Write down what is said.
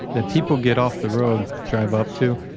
that people get off the road, drive up to.